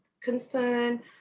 concern